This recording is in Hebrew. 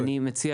אני מציע,